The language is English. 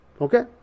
Okay